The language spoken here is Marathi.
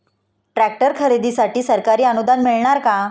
ट्रॅक्टर खरेदीसाठी सरकारी अनुदान मिळणार का?